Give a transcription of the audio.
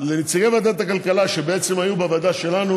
לנציגי ועדת הכלכלה שבעצם היו בוועדה שלנו.